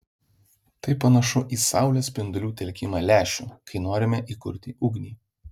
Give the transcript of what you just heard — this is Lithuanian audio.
tai panašu į saulės spindulių telkimą lęšiu kai norime įkurti ugnį